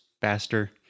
faster